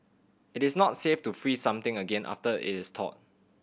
it is not safe to freeze something again after it is thawed